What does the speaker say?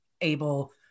able